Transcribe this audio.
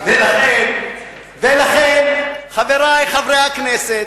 הביטחון, ולכן, חברי חברי הכנסת,